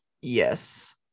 yes